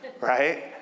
right